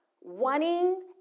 wanting